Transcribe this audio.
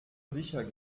sicher